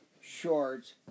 shorts